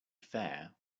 fair